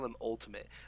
ultimate